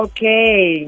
Okay